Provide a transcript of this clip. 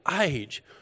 age